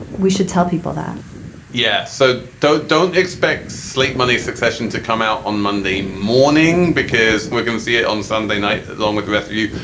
we should tell people that yeah. so though don't expect slate money succession to come out on monday morning because we're going to see it on sunday night along with the rest of you.